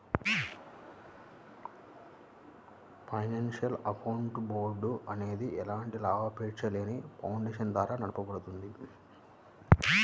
financial accounting board అనేది ఎలాంటి లాభాపేక్షలేని ఫౌండేషన్ ద్వారా నడపబడుద్ది